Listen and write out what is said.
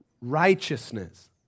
righteousness